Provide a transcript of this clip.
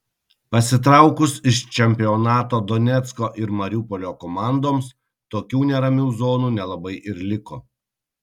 pasitraukus iš čempionato donecko ir mariupolio komandoms tokių neramių zonų nelabai ir liko